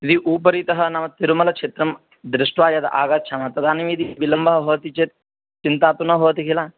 द्वि उपरितः नाम तिरुमलक्षेत्रं दृष्ट्वा यद् आगच्छामः तदानीं यदि विलम्बः भवति चेत् चिन्ता तु न भवति किल